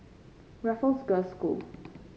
Raffles Girls' School